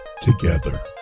Together